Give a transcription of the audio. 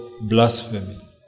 blasphemy